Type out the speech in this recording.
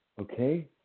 okay